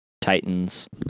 Titans